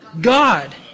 God